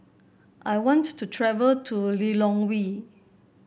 I want to travel to Lilongwe